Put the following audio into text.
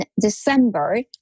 December